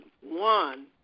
one